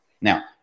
now